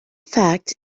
fact